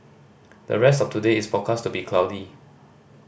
the rest of today is forecast to be cloudy